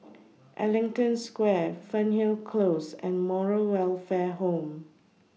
Ellington Square Fernhill Close and Moral Welfare Home